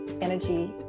Energy